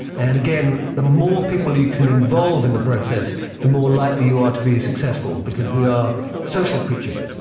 and again, the more people you can involve in the process the more likely you are to be successful because we are social creatures.